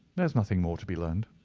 there is nothing more to be learned.